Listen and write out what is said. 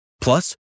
Plus